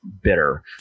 bitter